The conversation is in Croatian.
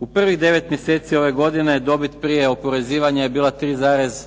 U prvih 9 mj. ove godine dobit prije oporezivanja je bila 3,8